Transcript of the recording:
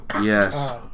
Yes